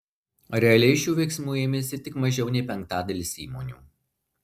realiai šių veiksmų ėmėsi tik mažiau nei penktadalis įmonių